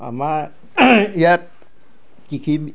আমা কৃষি